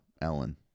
Ellen